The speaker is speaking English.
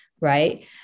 right